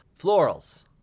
Florals